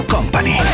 Company